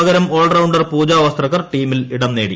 പകരം ഓൾറൌണ്ടർ പൂജാ വസ്ത്രീക്ക്ൾട്ടീമിൽ ഇടം നേടി